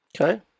Okay